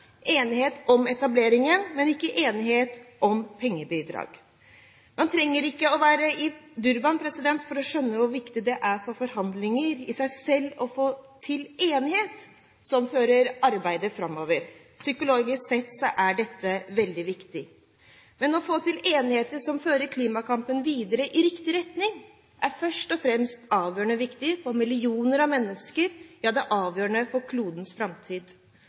enighet om etablering, men ikke enighet om pengebidrag. Man trenger ikke å være i Durban for å skjønne hvor viktig det er for forhandlinger i seg selv å få til enighet som fører arbeidet framover. Psykologisk sett er dette veldig viktig. Å få til enighet som fører klimakampen videre i riktig retning, er først og fremst avgjørende viktig for millioner av mennesker, ja, det er avgjørende for klodens framtid.